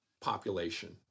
population